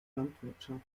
landwirtschaft